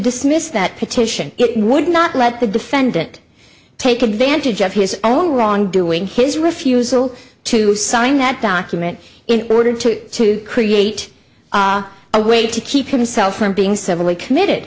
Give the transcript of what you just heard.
dismiss that petition it would not let the defendant take advantage of his own wrongdoing his refusal to sign that document in order to create a way to keep himself from being severely committed